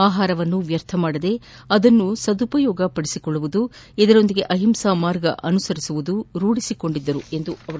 ಆಪಾರವನ್ನು ವ್ದರ್ಥ ಮಾಡದೆ ಅದನ್ನು ಸದುಪಯೋಗಪಡಿಸುವುದು ಇದರ ಜೊತೆಗೆ ಅಹಿಂಸಾ ಮಾರ್ಗ ಅನುಸರಿಸುವುದು ರೂಢಿಸಿಕೊಂಡಿದ್ದರು ಎಂದರು